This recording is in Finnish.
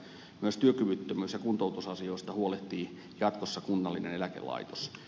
myös työkyvyttömyys ja kuntoutusasioista huolehtii jatkossa kunnallinen eläkelaitos